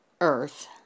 earth